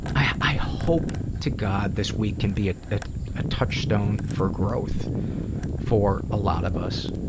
i hope to god this week can be ah a touchstone for growth for a lot of us.